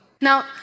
Now